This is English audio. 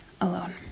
alone